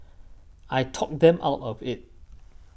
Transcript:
I talked them out of it